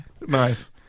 nice